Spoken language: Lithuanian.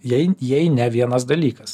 jei jei ne vienas dalykas